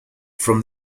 from